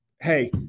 hey